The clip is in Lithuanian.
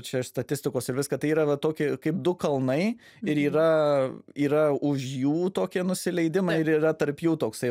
čia iš statistikos ir viska tai yra va tokie kaip du kalnai ir yra yra už jų tokie nusileidimai ir yra tarp jų toksai